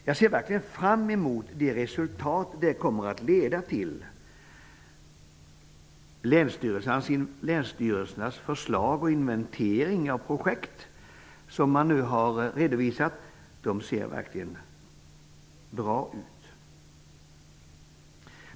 Jag ser verkligen fram emot de resultat som detta kommer att leda till. Länsstyrelsernas förslag och inventering av projekt som nu har redovisat ser verkligen bra ut.